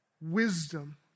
Wisdom